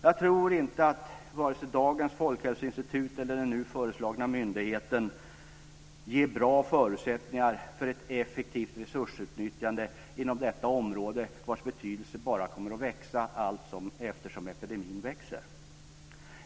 Jag tror inte att vare sig dagens folkhälsoinstitut eller den nu föreslagna myndigheten ger bra förutsättningar för ett effektivt resursutnyttjande inom detta område vars betydelse bara kommer att växa allt eftersom epidemin växer.